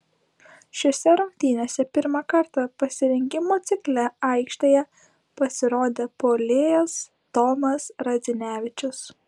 šiose rungtynėse pirmą kartą pasirengimo cikle aikštėje pasirodė puolėjas tomas radzinevičius